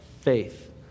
faith